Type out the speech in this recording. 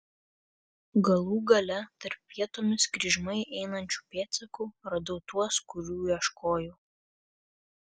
galų gale tarp vietomis kryžmai einančių pėdsakų radau tuos kurių ieškojau